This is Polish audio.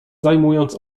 zajmując